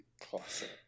Classic